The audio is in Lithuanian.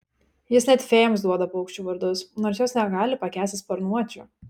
jis net fėjoms duoda paukščių vardus nors jos negali pakęsti sparnuočių